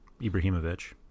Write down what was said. Ibrahimovic